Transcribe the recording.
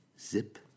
Zip